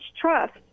Trust